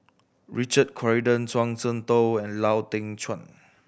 Richard Corridon Zhuang Shengtao and Lau Teng Chuan